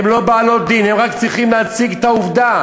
הן לא בעלות דין, הן רק צריכות להציג את העובדה.